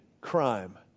crime